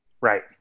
Right